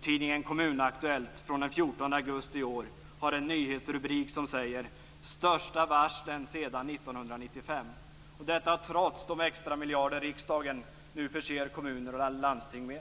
Tidningen Kommunaktuellt från den 14 augusti i år har en nyhetsrubrik som säger Största varslen sedan 1995. Detta är trots de extra miljarder riksdagen nu förser kommuner och landsting med.